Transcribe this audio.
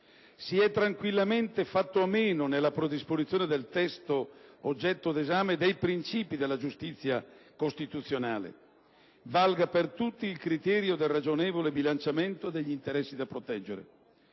Si è tranquillamente fatto a meno, nella predisposizione del testo oggetto d'esame dei principi della giustizia costituzionale (valga per tutti il criterio del ragionevole bilanciamento degli interessi da proteggere),